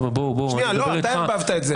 אתה ערבבת את זה.